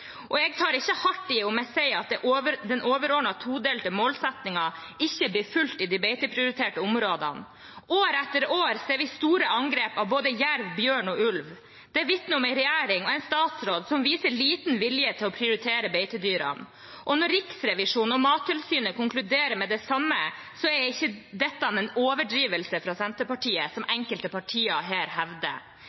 soner. Jeg tar ikke hardt i om jeg sier at den overordnede todelte målsettingen ikke blir fulgt i de beiteprioriterte områdene. År etter år ser vi store angrep av både jerv, bjørn og ulv. Det vitner om en regjering og en statsråd som viser liten vilje til å prioritere beitedyrene. Når Riksrevisjonen og Mattilsynet konkluderer med det samme, er ikke dette en overdrivelse fra Senterpartiet, som enkelte partier her hevder.